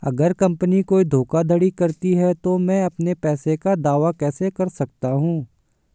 अगर कंपनी कोई धोखाधड़ी करती है तो मैं अपने पैसे का दावा कैसे कर सकता हूं?